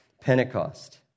Pentecost